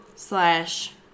Slash